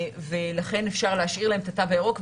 ולכן אפשר להשאיר להם את התו הירוק.